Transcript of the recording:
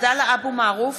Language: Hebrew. (קוראת בשמות חברי הכנסת) עבדאללה אבו מערוף,